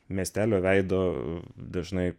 miestelio veido dažnai